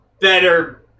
better